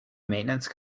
maintenance